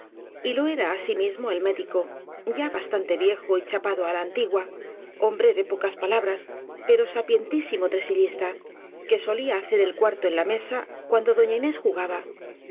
lo era asimismo el mé dico ya bastante viejo y chapado á la antigua hombre de pocas palabras pero sapientísimo tresi llista que solía hacer el cuarto en la mesa cuando m doña inés jugaba